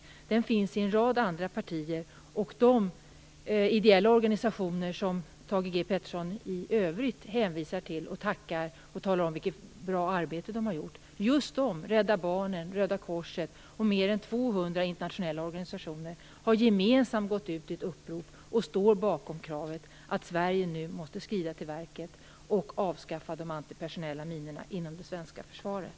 Den åsikten finns inom en rad andra partier och de ideella organisationer som Thage G Peterson i övrigt hänvisar till och tackar och talar om vilket bra arbete de har gjort. Just de organisationerna - Rädda Barnen, Röda korset och mer än 200 internationella organisationer - har gemensamt gått ut i ett upprop och står bakom kravet att Sverige nu måste skrida till verket och avskaffa de antipersonella minorna inom det svenska försvaret.